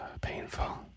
painful